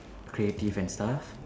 creative and stuff